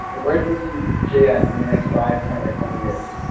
where do you see js in the next five, ten or twenty years?